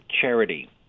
charity